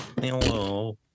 Hello